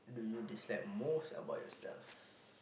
do you dislike most about yourself